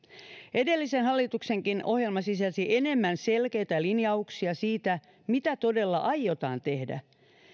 edellisenkin hallituksen ohjelma sisälsi enemmän selkeitä linjauksia siitä mitä todella aiotaan tehdä